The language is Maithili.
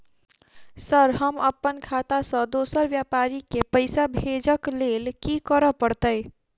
सर हम अप्पन खाता सऽ दोसर व्यापारी केँ पैसा भेजक लेल की करऽ पड़तै?